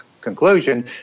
conclusion